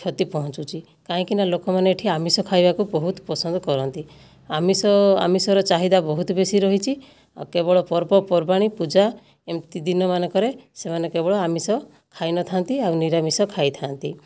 କ୍ଷତି ପହଞ୍ଚୁଛି କାହିଁକିନା ଲୋକମାନେ ଏଠି ଆମିଷ ଖାଇବାକୁ ବହୁତ ପସନ୍ଦ କରନ୍ତି ଆମିଷ ଆମିଷର ଚାହିଦା ବହୁତ ବେଶୀ ରହିଛି ଆଉ କେବଳ ପର୍ବପର୍ବାଣି ପୂଜା ଏମିତି ଦିନମାନଙ୍କରେ ସେମାନେ କେବଳ ଆମିଷ ଖାଇନଥାନ୍ତି ଆଉ ନିରାମିଷ ଖାଇଥାନ୍ତି